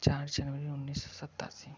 चार जनवरी उन्नीस सौ सत्तासी